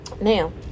now